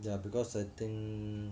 ya because I think